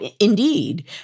indeed